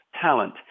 talent